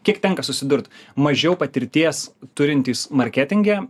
kiek tenka susidurt mažiau patirties turintys marketinge